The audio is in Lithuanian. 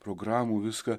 programų viską